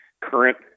current